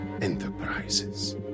enterprises